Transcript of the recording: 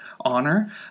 honor